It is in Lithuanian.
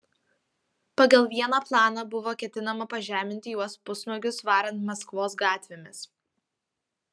pagal vieną planą buvo ketinama pažeminti juos pusnuogius varant maskvos gatvėmis